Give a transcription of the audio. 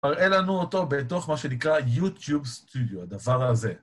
מראה לנו אותו בתוך מה שנקרא יוטיוב סטודיו, הדבר הזה.